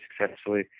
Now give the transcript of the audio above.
successfully